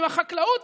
עם החקלאות,